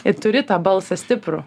ir turi tą balsą stiprų